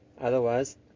Otherwise